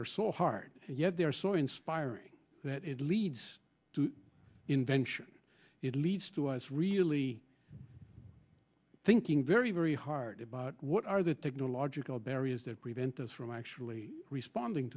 are so hard and yet they're so inspiring that it leads to invention it leads to us really thinking very very hard about what are the technological barriers that prevent us from actually responding